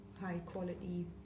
high-quality